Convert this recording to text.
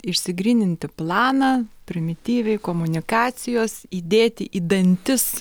išsigryninti planą primityviai komunikacijos įdėti į dantis